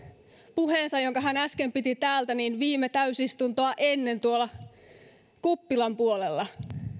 puheensa jonka hän äsken piti täältä ennen viime täysistuntoa tuolla kuppilan puolella